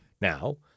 Now